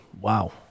wow